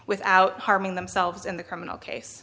without harming themselves in the criminal case